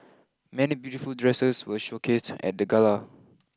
many beautiful dresses were showcased at the gala